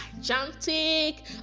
gigantic